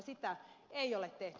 sitä ei ole tehty